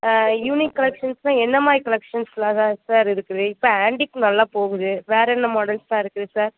unique கலெக்ஷன்ஸ்னால் என்னமாதிரி கலெக்ஷன்ஸ்லாம் சார் இருக்குது இப்போ ஆன்ட்டிக் நல்லாப்போகுது வேற என்ன மாடல்ஸ்லாம் இருக்குது சார்